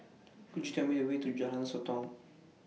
Could YOU Tell Me The Way to Jalan Sotong